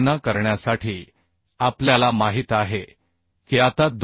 गणना करण्यासाठी आपल्याला माहित आहे की आता 2